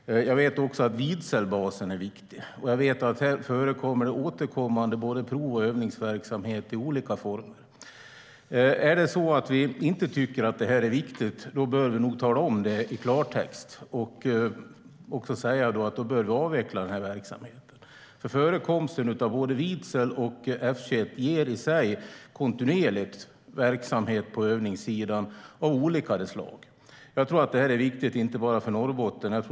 Jag vet också att Vidselbasen är viktig. Och jag vet att det där förekommer återkommande både prov och övningsverksamhet i olika former. Om vi inte tycker att det är viktigt bör vi nog tala om det i klartext och säga att vi bör avveckla den verksamheten. Förekomsten av både Vidsel och F 21 ger nämligen upphov till kontinuerlig övningsverksamhet av olika slag. Jag tror att det är viktigt, inte bara för Norrbotten.